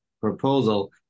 proposal